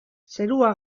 zerua